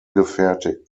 gefertigt